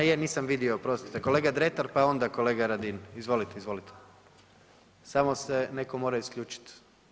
A je, nisam vidio oprostite, kolega Dretar, pa onda kolega Radin, izvolite, izvolite, samo se neko mora isključit.